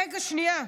רגע, שנייה.